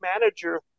manager